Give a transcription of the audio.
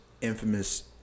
infamous